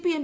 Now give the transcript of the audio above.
P M